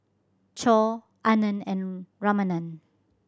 Choor Anand and Ramanand